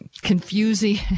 confusing